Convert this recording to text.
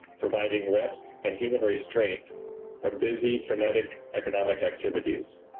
providing rest and human restraint from busy, frenetic economic activities